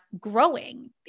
growing